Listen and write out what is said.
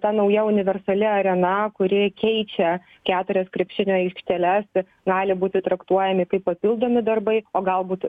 ta nauja universali arena kuri keičia keturias krepšinio aikšteles gali būti traktuojami kaip papildomi darbai o galbūt